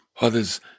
others